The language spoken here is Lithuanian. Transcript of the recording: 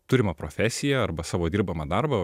turimą profesiją arba savo dirbamą darbą